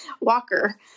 Walker